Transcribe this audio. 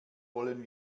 wollen